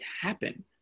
happen